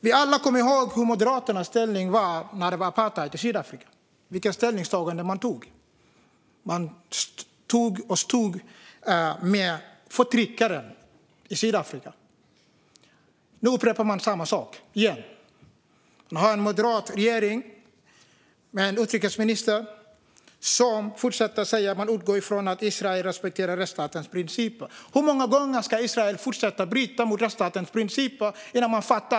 Vi kommer alla ihåg vad Moderaternas inställning var när det var apartheid i Sydafrika och vilket ställningstagande man gjorde. Man stod med förtryckaren i Sydafrika. Nu gör man samma sak igen. Vi har en moderat regering med en utrikesminister som fortsätter säga att man utgår från att Israel respekterar rättsstatens principer. Hur många fler gånger ska Israel bryta mot rättsstatens principer innan man fattar?